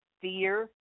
fear